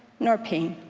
nor pain.